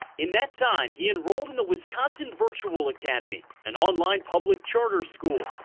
in that time he enrolled in the wisconsin virtual academy, an online public charter school.